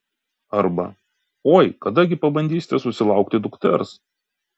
arba oi kada gi pabandysite susilaukti dukters